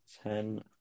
Ten